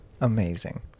Amazing